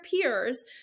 peers